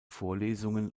vorlesungen